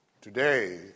Today